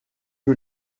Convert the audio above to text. que